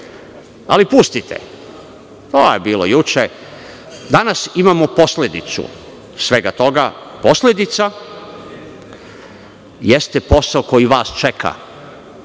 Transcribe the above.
ali pustite, to je bilo juče. Danas imamo posledicu svega toga. Posledica jeste posao koji vas čeka